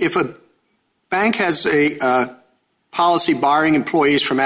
if a bank has a policy barring employees from